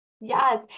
yes